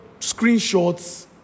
screenshots